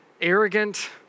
arrogant